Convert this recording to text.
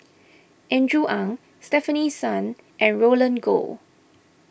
Andrew Ang Stefanie Sun and Roland Goh